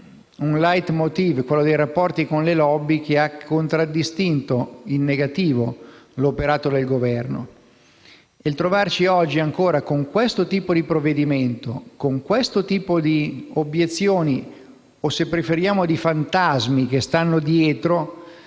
un *leitmotiv*, quello dei rapporti con le *lobby*, che ha contraddistinto in negativo l'operato del Governo. Trovarci oggi ancora con questo tipo di provvedimento, con questo tipo di obiezioni o, se preferiamo, di fantasmi che stanno dietro,